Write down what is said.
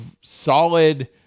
solid